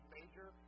major